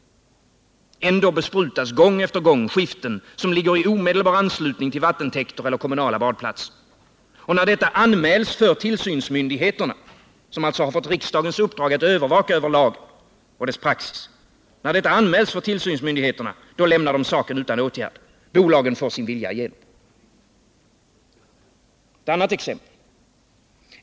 Ändå besprutas gång på gång skiften som ligger i omedelbar anslutning till vattentäkter och kommunala badplatser. När detta anmäls för tillsynsmyndigheterna, som alltså har fått riksdagens uppgift att vaka över lagens efterlevnad, lämnar dessa saken utan åtgärd. Bolagen får sin vilja igenom. Ett annat exempel.